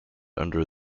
under